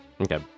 Okay